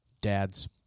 dads